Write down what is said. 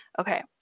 okay